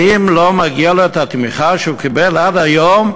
האם לא מגיעה לו התמיכה שהוא קיבל עד היום,